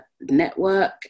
network